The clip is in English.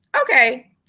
okay